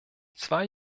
zwei